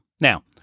Now